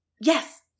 Yes